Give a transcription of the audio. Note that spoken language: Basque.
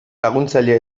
laguntzaile